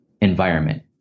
environment